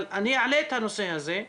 אני אעלה את הנושא הזה.